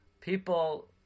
people